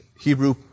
Hebrew